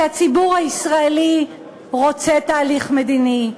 כי הציבור הישראלי רוצה תהליך מדיני,